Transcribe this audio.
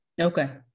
okay